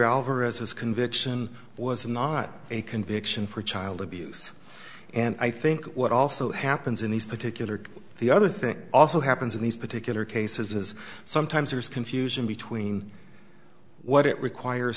alvarez his conviction was not a conviction for child abuse and i think what also happens in these particular the other things also happens in these particular cases is sometimes there is confusion between what it requires